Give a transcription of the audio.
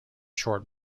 short